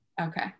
okay